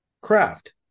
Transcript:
craft